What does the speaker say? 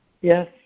Yes